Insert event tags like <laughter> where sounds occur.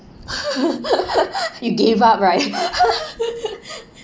<laughs> you gave up right <laughs>